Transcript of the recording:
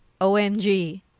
omg